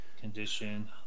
condition